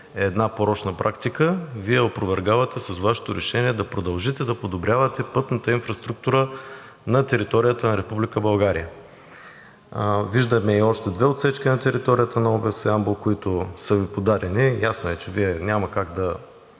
– една порочна практика, Вие опровергавате с едно решение да продължите да подобрявате пътната инфраструктура на територията на Република България. Виждаме още две отсечки на територията на област Ямбол, които са Ви подадени. Ясно е, че Вие няма как да